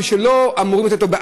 כשלא אמורים לתת לו,